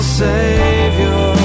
savior